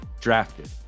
drafted